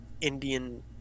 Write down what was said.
Indian